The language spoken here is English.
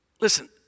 Listen